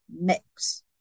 mix